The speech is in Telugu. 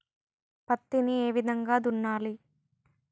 పత్తిని ఏ విధంగా దున్నాలి?